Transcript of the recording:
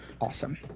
awesome